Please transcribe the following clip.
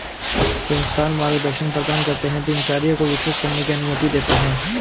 संस्थान मार्गदर्शन प्रदान करते है दिनचर्या को विकसित करने की अनुमति देते है